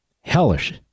Hellish